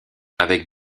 avec